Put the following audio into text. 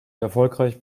erfolgreich